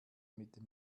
mit